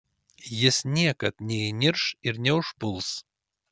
jis niekad neįnirš ir neužpuls